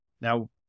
Now